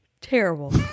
Terrible